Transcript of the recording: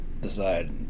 Decide